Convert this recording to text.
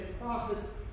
prophets